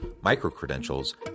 micro-credentials